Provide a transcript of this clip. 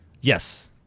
Yes